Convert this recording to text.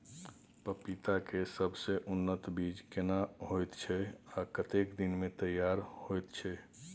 पपीता के सबसे उन्नत बीज केना होयत छै, आ कतेक दिन में तैयार होयत छै?